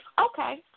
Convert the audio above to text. Okay